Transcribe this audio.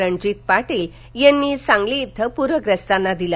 रणजित पारील यांनी सांगली इथं प्रखस्तांना दिला